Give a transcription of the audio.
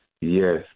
Yes